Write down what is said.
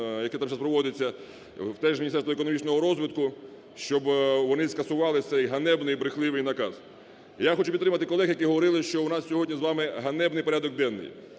яке там зараз проводиться, теж Міністерство економічного розвитку, щоб вони скасували цей ганебний і брехливий наказ. Я хочу підтримати колег, які говорили, що у нас сьогодні з вами ганебний порядок денний.